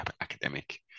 academic